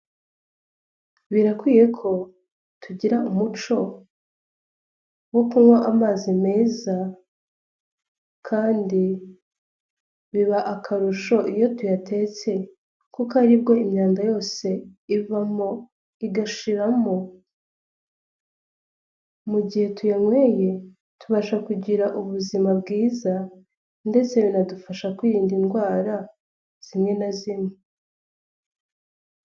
Birakwiye ko tugira umuco wo kunywa amazi meza kandi biba akarusho iyo tuyatetse kuko aribwo imyanda yose ivamo igashiramo, mu gihe tuyanyweye tubasha kugira ubuzima bwiza ndetse binadufasha kwirinda indwara zimwe na zimwe.